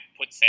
put